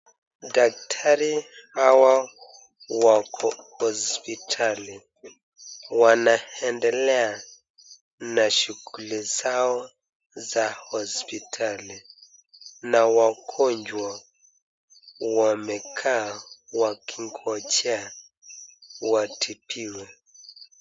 Daktari hawa wako hospitali wanaendelea na shughuli zao za hospitali na wagonjwa wamekaa wakingoja watibiwe.